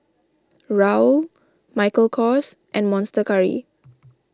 Raoul Michael Kors and Monster Curry